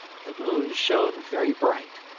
the moon shone very bright,